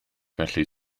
felly